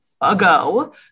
ago